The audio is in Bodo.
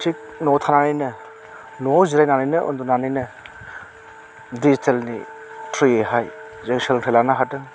थिग न'वाव थानानैनो न'वाव जिरायनानैनो उन्दुनानैनो डिजिटेलनि थ्रुवैहाय जों सोलोंथाइ लानो हादों